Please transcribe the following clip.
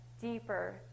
deeper